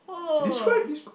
describe describe